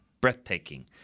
breathtaking